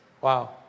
Wow